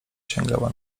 sięgała